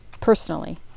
personally